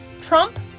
Trump